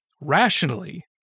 Rationally